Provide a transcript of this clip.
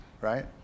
right